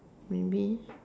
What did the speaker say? maybe